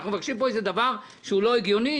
אנחנו מבקשים פה איזה דבר לא הגיוני?